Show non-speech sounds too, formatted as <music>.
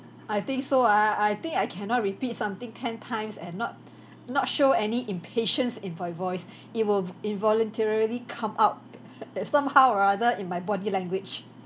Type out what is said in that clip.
I think so ah I think I cannot repeat something ten times and not <breath> not show any impatience in my voice <breath> it will v~ involuntarily come out <laughs> like somehow or rather in my body language